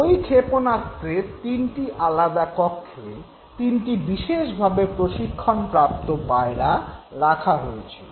ঐ ক্ষেপণাস্ত্রের তিনটি আলাদা কক্ষে তিনটি বিশেষভাবে প্রশিক্ষণপ্রাপ্ত পায়রা রাখা হয়েছিল